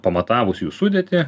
pamatavus jų sudėtį